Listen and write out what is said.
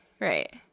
Right